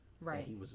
Right